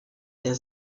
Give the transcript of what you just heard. der